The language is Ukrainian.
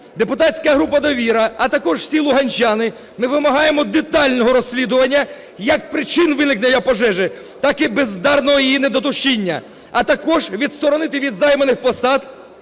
Депутатська група "Довіра", а також всі луганчани, ми вимагаємо детального розслідування як причин виникнення пожежі, так і бездарного її недотушіння. А також відсторонити від займаних посад